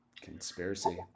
conspiracy